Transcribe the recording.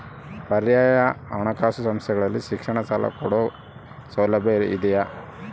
ಪರ್ಯಾಯ ಹಣಕಾಸು ಸಂಸ್ಥೆಗಳಲ್ಲಿ ಶಿಕ್ಷಣ ಸಾಲ ಕೊಡೋ ಸೌಲಭ್ಯ ಇದಿಯಾ?